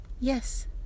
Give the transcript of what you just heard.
Yes